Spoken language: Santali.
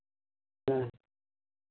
ᱦᱮᱸ